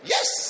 Yes